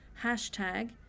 hashtag